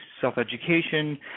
self-education